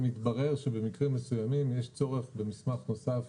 יתברר שבמקרים מסוימים יש צורך במסמך נוסף.